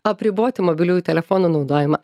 apriboti mobiliųjų telefonų naudojimą